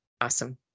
Awesome